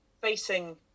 facing